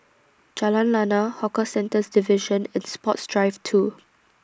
Jalan Lana Hawker Centres Division and Sports Drive two